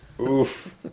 Oof